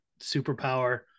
superpower